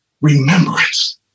remembrance